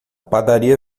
padaria